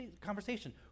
conversation